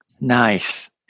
Nice